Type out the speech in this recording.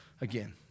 Again